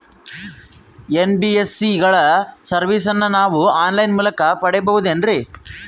NBSC ಗಳ ಸರ್ವಿಸನ್ನ ನಾವು ಆನ್ ಲೈನ್ ಮೂಲಕ ಪಡೆಯಬಹುದೇನ್ರಿ?